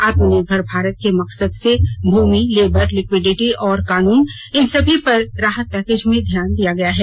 आत्मनिर्भर भारत के मकसद से भूमि लेबर लिक्विडिटी और कानून इन सभी पर राहत पैकेज में ध्यान दिया गया है